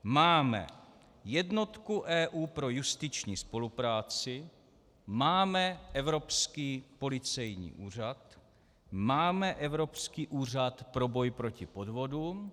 Máme jednotku EU pro justiční spolupráci, máme Evropský policejní úřad, máme Evropský úřad pro boj proti podvodům.